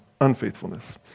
unfaithfulness